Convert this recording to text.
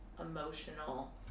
emotional